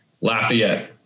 Lafayette